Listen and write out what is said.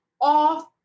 off